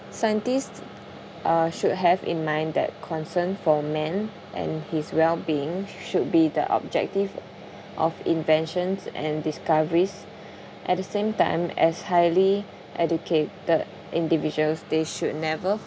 scientists uh should have in mind that concern for men and his well being should be the objective of inventions and discoveries at the same time as highly educated individuals they should never